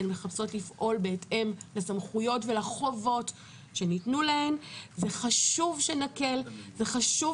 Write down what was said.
הן מחפשות לפעול בהתאם לסמכויות ולחובות שניתנו להן וחשוב שנקל וחשוב